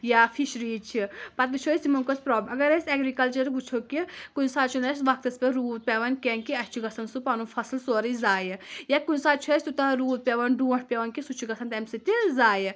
یا فِشری چھِ پَتہٕ وُچھو أسۍ یِمن کۄس پرٛاب اگر أسۍ ایٚگرِکَلچَر وُچھو کہِ کُنہِ ساتہٕ چھُنہٕ اسہِ وقتَس پٮ۪ٹھ روٗد پیٚوان کیٚنٛہہ کہِ اسہِ چھُ گژھان سُہ پَنُن فَصٕل سورُے ضایعہِ یا کُنہِ ساتہٕ چھُ اسہِ تیٛوٗتاہ روٗد پیٚوان ڈوٗنٛٹھ پیٚوان کہِ سُہ چھُ گژھان تَمہِ سۭتۍ تہِ ضایعہِ